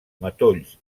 matolls